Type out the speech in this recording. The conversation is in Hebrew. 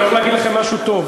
אני הולך להגיד לכם משהו טוב.